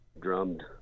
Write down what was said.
drummed